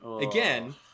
again